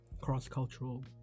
cross-cultural